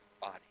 body